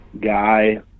guy